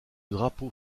drapeau